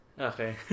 Okay